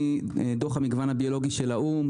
מדוח המגוון הביולוגי של האו"ם,